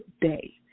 day